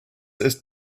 ist